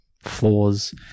flaws